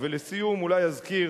ולסיום, אולי אזכיר